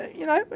you know,